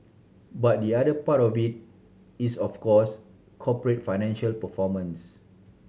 but the other part of it is of course corporate financial performance